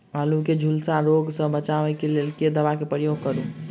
आलु केँ झुलसा रोग सऽ बचाब केँ लेल केँ दवा केँ प्रयोग करू?